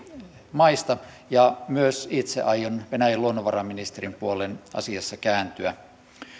maista ja myös itse aion venäjän luonnonvaraministerin puoleen asiassa kääntyä